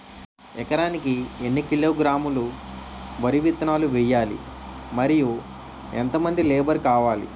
ఎకరానికి ఎన్ని కిలోగ్రాములు వరి విత్తనాలు వేయాలి? మరియు ఎంత మంది లేబర్ కావాలి?